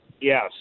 Yes